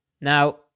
Now